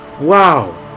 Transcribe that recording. wow